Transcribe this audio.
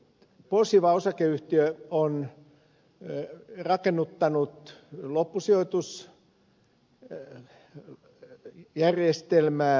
posiva osakeyhtiö on rakennuttanut loppusijoitusjärjestelmää olkiluotoon